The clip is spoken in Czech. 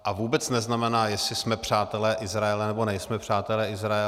A vůbec neznamená, jestli jsme přátelé Izraele, nebo nejsme přátelé Izraele.